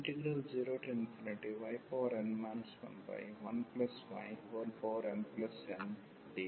0yn 11ymndy